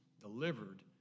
delivered